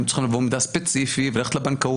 היינו צריכים לבוא עם מידע ספציפי וללכת לבנקאות,